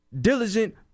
diligent